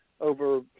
over –